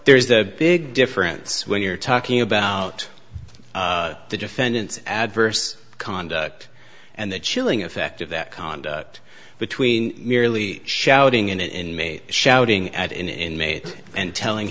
there's a big difference when you're talking about the defendant's adverse conduct and the chilling effect of that conduct between merely shouting and inmate shouting at inmate and telling